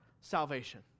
salvation